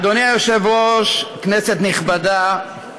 אדוני היושב-ראש, כנסת נכבדה,